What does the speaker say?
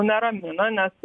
neramina nes